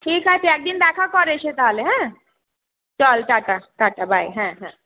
ঠিক আছে একদিন দেখা কর এসে তাহলে হ্যাঁ চল ta ta ta ta bye হ্যাঁ হ্যাঁ